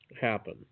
happen